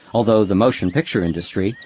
although the motion picture industry,